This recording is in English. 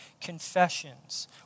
confessions